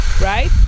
Right